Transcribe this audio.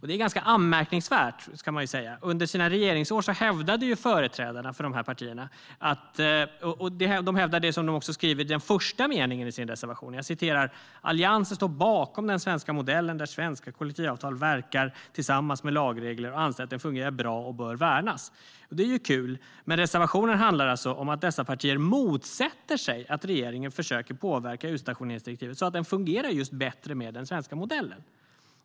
Det är ganska anmärkningsvärt. Under sina regeringsår hävdade företrädarna för dessa partier det som de också skriver i den första meningen i sin reservation: "Alliansen står bakom den svenska modellen, där svenska kollektivavtal verkar tillsammans med lagregler, och anser att den fungerar bra och bör värnas." Det är ju kul. Men reservationen handlar alltså om att dessa partier motsätter sig att regeringen försöker påverka utstationeringsdirektivet så att det fungerar bättre med den svenska modellen.